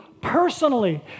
personally